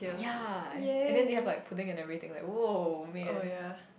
ya and then they have like pudding and everything like !woah! man